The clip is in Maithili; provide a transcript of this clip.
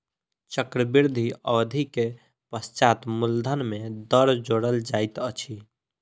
चक्रवृद्धि अवधि के पश्चात मूलधन में दर जोड़ल जाइत अछि